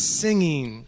singing